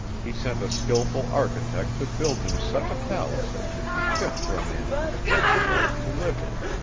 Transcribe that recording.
he sent a skilful architect to build him such a palace as should be fit for a man of his vast wealth to live in.